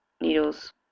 needles